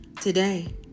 Today